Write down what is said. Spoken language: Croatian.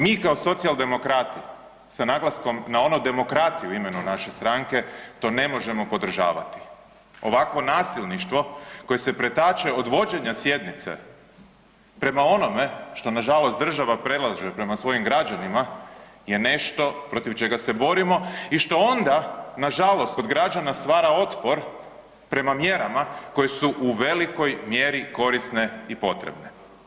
Mi kao socijaldemokrati sa naglaskom na ono demokrati u imenu naše stranke to ne možemo podržavati, ovakvo nasilništvo koje se pretače od vođenja sjednice prema onome što na žalost država predlaže prema svojim građanima je nešto protiv čega se borimo i što onda na žalost kod građana stvara otpor prema mjerama koje su u velikoj mjeri korisne i potrebne.